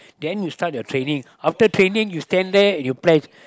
then you start your training after training you stand there and you pledge